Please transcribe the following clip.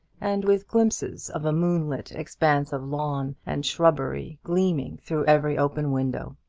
and with glimpses of a moonlit expanse of lawn and shrubbery gleaming through every open window.